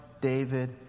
David